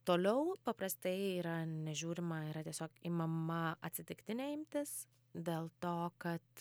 toliau paprastai yra nežiūrima yra tiesiog imama atsitiktinė imtis dėl to kad